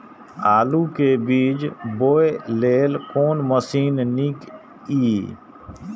आलु के बीज बोय लेल कोन मशीन नीक ईय?